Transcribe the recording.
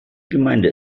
gemeinde